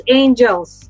angels